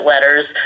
letters